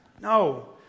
No